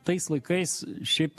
tais laikais šiaip